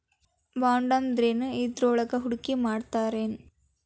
ಬಾಂಡಂದ್ರೇನ್? ಇದ್ರೊಳಗು ಹೂಡ್ಕಿಮಾಡ್ತಾರೇನು?